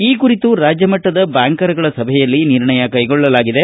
ಈ ಕುರಿತು ರಾಜ್ಯ ಮಟ್ಟದ ಬ್ದಾಂಕರುಗಳ ಸಭೆಯಲ್ಲಿ ನಿರ್ಣಯ ಕೈಗೊಳ್ಳಲಾಗಿದೆ